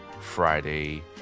Friday